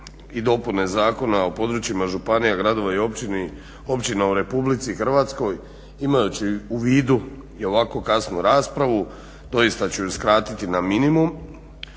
i dopune Zakona o područjima županija, gradova i općina u Republici Hrvatskoj, imajući u vidu i ovako kasnu raspravu doista ću ju skratiti na minimum